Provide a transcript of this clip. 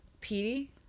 Petey